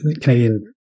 Canadian